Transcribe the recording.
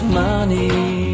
money